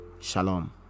shalom